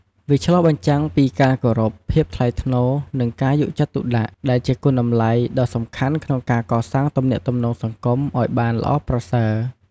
វាឆ្លុះបញ្ចាំងពីការគោរព ភាពថ្លៃថ្នូរ និងការយកចិត្តទុកដាក់ ដែលជាគុណតម្លៃដ៏សំខាន់ក្នុងការកសាងទំនាក់ទំនងសង្គមឱ្យបានល្អប្រសើរ។